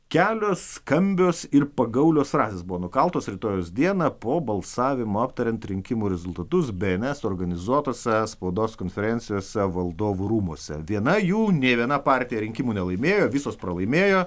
kelios skambios ir pagaulios frazės buvo nukaltos rytojaus dieną po balsavimo aptariant rinkimų rezultatus bė en es organizuotuose spaudos konferencijose valdovų rūmuose viena jų nė viena partija rinkimų nelaimėjo visos pralaimėjo